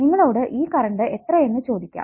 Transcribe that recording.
നിങ്ങളോടു ഈ കറണ്ട് എത്രയെന്നു ചോദിക്കാം